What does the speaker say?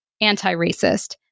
anti-racist